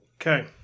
Okay